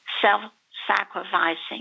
self-sacrificing